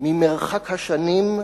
ממרחק השנים,